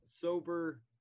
sober